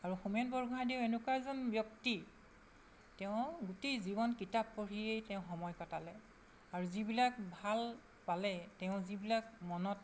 আৰু হোমেন বৰগোহাঁই দেৱ এনেকুৱা এজন ব্যক্তি তেওঁ গোটেই জীৱন কিতাপ পঢ়িয়ে তেওঁ সময় কটালে আৰু যিবিলাক ভাল পালে তেওঁ যিবিলাক মনত